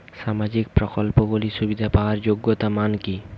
সামাজিক প্রকল্পগুলি সুবিধা পাওয়ার যোগ্যতা মান কি?